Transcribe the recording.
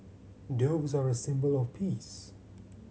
doves are a symbol of peace